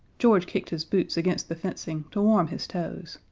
george kicked his boots against the fencing to warm his toes.